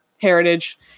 heritage